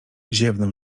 ziewnął